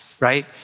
right